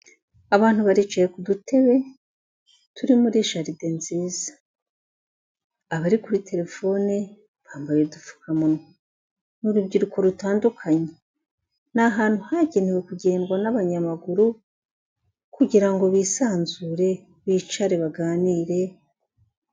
Abantu baricaye ku dutebe turi muri jaride nziza, abari kuri terefone bambaye upfukamunwa, ni urubyiruko rutandukanye, ni ahantu hagenewe kugendwa n'abanyamaguru kugira ngo bisanzure, bicare baganire.